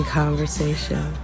conversation